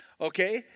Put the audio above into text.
okay